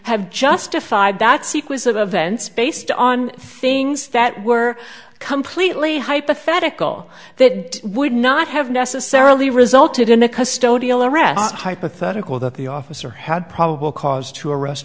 have justified that sequence of events based on things that were completely hypothetical that would not have necessarily resulted in the arrest hypothetical that the officer had probable cause to arrest